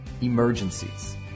emergencies